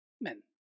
men